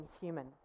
human